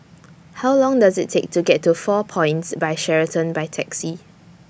How Long Does IT Take to get to four Points By Sheraton By Taxi